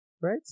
right